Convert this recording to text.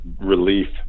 relief